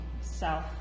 south